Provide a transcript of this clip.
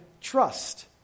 trust